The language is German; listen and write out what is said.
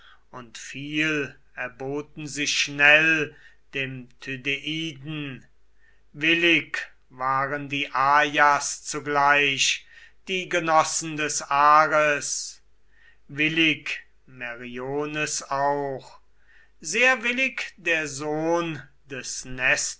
und viel erboten sich schnell dem tydeiden willig waren die ajas zugleich die genossen des ares willig meriones auch sehr willig der sohn des